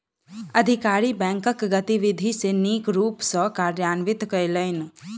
अधिकारी बैंकक गतिविधि के नीक रूप सॅ कार्यान्वित कयलैन